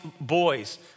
boys